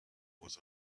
was